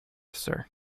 sir